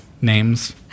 names